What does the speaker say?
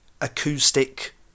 acoustic